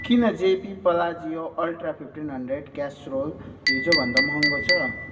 किन JP Palazzo ultra fifteen hundred casserole हिजो भन्दा महँगो छ